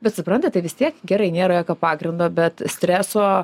bet suprantate vis tiek gerai nėra jokio pagrindo bet streso